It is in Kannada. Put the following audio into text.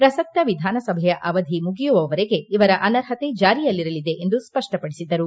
ಪ್ರಸಕ್ತ ವಿಧಾನಸಭೆಯ ಮುಗಿಯುವವರೆಗೆ ಇವರ ಅನರ್ಹತೆ ಜಾರಿಯಲ್ಲಿರಲಿದೆ ಎಂದು ಸ್ಪಷ್ಟಪಡಿಸಿದರು